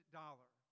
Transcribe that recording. dollar